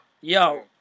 Yo